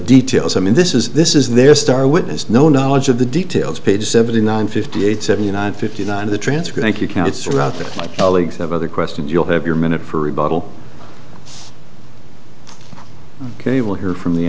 details i mean this is this is their star witness no knowledge of the details page seventy nine fifty eight seventy nine fifty nine the transcript if you can't it's throughout the colleagues of other questions you'll have your minute for rebuttal ok we'll hear from the